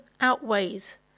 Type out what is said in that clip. outweighs